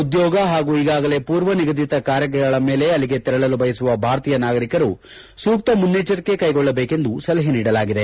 ಉದ್ಯೋಗ ಪಾಗೂ ಈಗಾಗಲೇ ಮೂರ್ವ ನಿಗದಿತ ಕಾರ್ಯಗಳ ಮೇಲೆ ಅಲ್ಲಿಗೆ ತೆರಳಲು ಬಯಸುವ ಭಾರತೀಯ ನಾಗರಿಕರು ಸೂಕ್ತ ಮುನ್ನೆಚ್ವರಿಕೆ ಕೈಗೊಳ್ಳಬೇಕೆಂದು ಸಲಹೆ ನೀಡಲಾಗಿದೆ